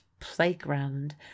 playground